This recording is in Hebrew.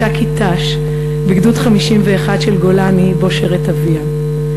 מש"קית ת"ש בגדוד 51 של גולני שבו שירת אביה.